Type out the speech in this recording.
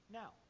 now